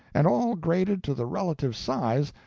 and all graded to the relative size,